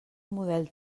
model